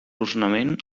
ornament